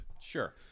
Sure